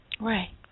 Right